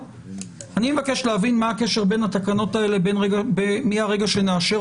אני מבקש להבין מה הקשר בין התקנות האלה מרגע שנאשר